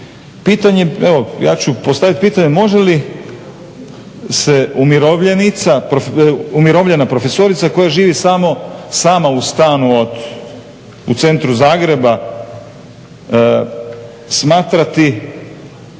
pitanje evo ja ću postaviti pitanje može li se umirovljena profesorica koja živi sama u stanu u centru Zagreba smatrati